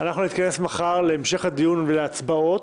נתכנס מחר להמשך הדיון ולהצבעות,